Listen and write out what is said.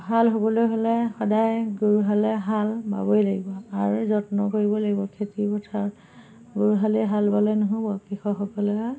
হাল হ'বলৈ হ'লে সদায় গৰু হালে হাল বাবই লাগিব আৰু যত্ন কৰিবই লাগিব খেতি পথাৰত গৰুহালে হাল বালে নহ'ব কৃষকসকলে